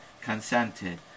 consented